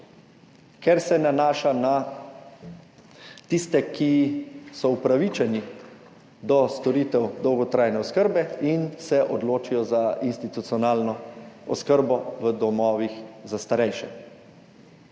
ker se nanaša na tiste, ki so upravičeni do storitev dolgotrajne oskrbe in se odločijo za institucionalno oskrbo v domovih za starejše.